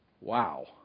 Wow